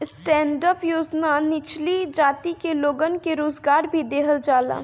stand up योजना निचली जाति के लोगन के रोजगार भी देहल जाला